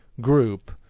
group